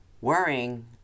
worrying